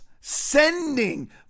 sending